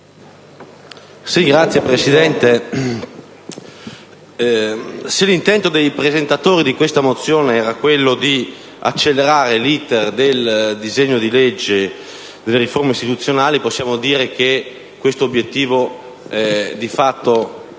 Signora Presidente, se l'intento dei presentatori di questa mozione era quello di accelerare l'*iter* del disegno di legge sulle riforme istituzionali, possiamo dire che questo obiettivo, di fatto, è stato